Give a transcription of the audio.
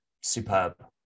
superb